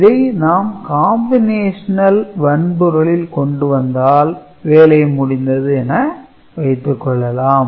இதை நாம் 'Combinationl' வன்பொருளில் கொண்டு வந்தால் வேலை முடிந்தது என வைத்துக் கொள்ளலாம்